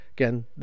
Again